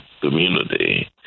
community